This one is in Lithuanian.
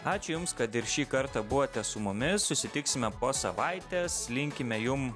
ačiū jums kad ir šį kartą buvote su mumis susitiksime po savaitės linkime jum